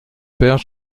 père